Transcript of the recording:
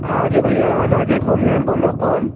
ہاں جی بھئیا راجیش بول رہے ہم بولو کون